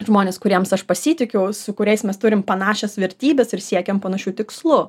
žmonės kuriems aš pasitikiu su kuriais mes turim panašias vertybes ir siekiam panašių tikslų